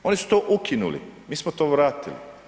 Oni su to ukinuli, mi smo to vratili.